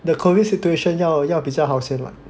the COVID situation 要要比较好先 [what]